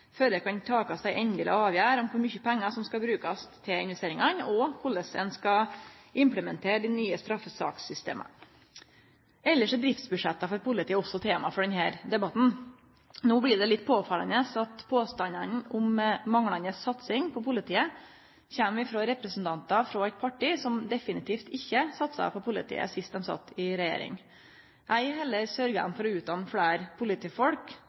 før det kan takast ei endeleg avgjerd om kor mykje pengar som skal brukast til investeringane, og korleis ein skal implementere dei nye straffesakssystema. Elles er driftsbudsjetta for politiet også tema for denne debatten. No blir det litt påfallande at påstandane om manglande satsing på politiet kjem frå representantar for eit parti som definitivt ikkje satsa på politiet sist dei sat i regjering. Ei heller sørgde dei for å utdanne fleire politifolk